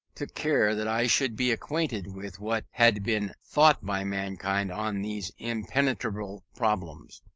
took care that i should be acquainted with what had been thought by mankind on these impenetrable problems.